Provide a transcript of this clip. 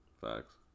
Facts